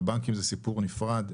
הבנקים זה סיפור נפרד.